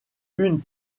une